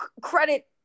credit